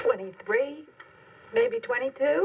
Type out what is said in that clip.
twenty three maybe twenty t